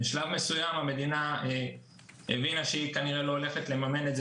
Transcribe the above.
בשלב מסוים המדינה הבינה שהיא כנראה לא הולכת לממן את זה